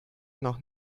noch